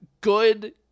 Good